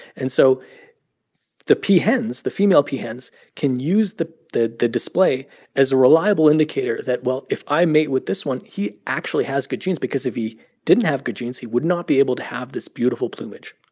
and so the peahens, the female peahens, can use the the display as a reliable indicator that, well, if i mate with this one, he actually has good genes because if he didn't have good genes, he would not be able to have this beautiful plumage.